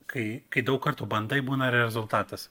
kai kai daug kartų bandai būna ir rezultatas